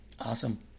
Awesome